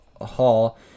Hall